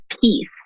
peace